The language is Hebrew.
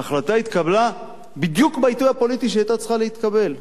ההחלטה התקבלה בדיוק בעיתוי הפוליטי שהיא היתה צריכה להתקבל.